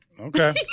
Okay